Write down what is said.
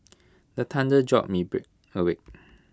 the thunder jolt me awake